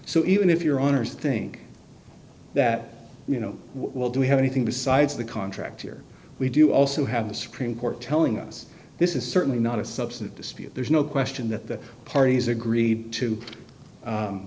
so even if your honour's think that you know what will do we have anything besides the contract here we do also have the supreme court telling us this is certainly not a substitute dispute there's no question that the parties agreed to